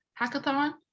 hackathon